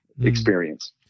Experience